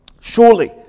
Surely